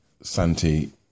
Santi